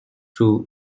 true